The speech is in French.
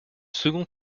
second